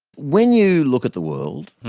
when you look at the world,